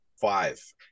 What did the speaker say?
five